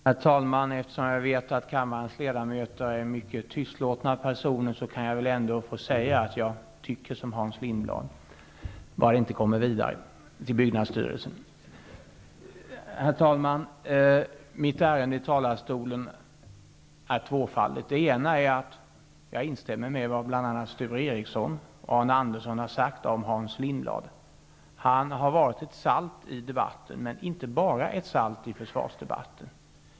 Herr talman! Eftersom jag vet att kammarens ledamöter är mycket tystlåtna, kan jag väl ändå få säga att jag tycker som Hans Lindblad, bara det inte kommer vidare till byggnadsstyrelsen. Herr talman! Mitt budskap från talarstolen är tvåfaldigt. Det ena är att jag instämmer i vad Sture Ericson och Arne Andersson har sagt om Hans Lindblad. Han har varit ett salt i debatten, men inte bara ett salt i försvarsdebatten.